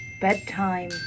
Bedtime